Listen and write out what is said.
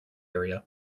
area